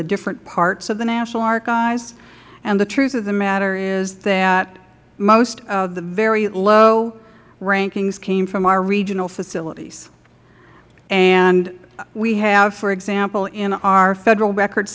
the different parts of the national archives and the truth of the matter is that most of the very low rankings came from our regional facilities and we have for example in our federal record